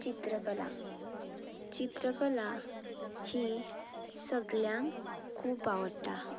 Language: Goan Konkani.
चित्रकला चित्रकला ही सगळ्यांक खूब आवडटा